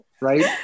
right